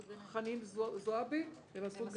חנין זועבי ומסעוד גנאים.